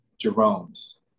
Jerome's